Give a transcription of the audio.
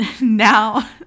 now